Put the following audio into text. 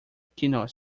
keynote